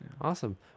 Awesome